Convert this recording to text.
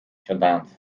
siadając